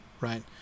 right